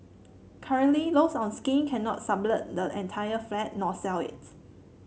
currently those on scheme cannot sublet the entire flat nor sell it